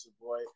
boy